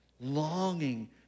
longing